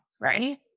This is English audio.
Right